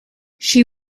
she